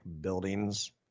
buildings